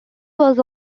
was